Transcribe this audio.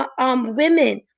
women